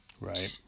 Right